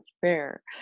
fair